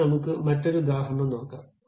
ഇനി നമുക്ക് മറ്റൊരു ഉദാഹരണം നോക്കാം